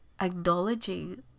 acknowledging